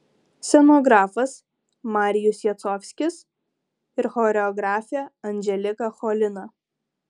scenografas marijus jacovskis ir choreografė anželika cholina